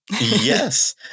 Yes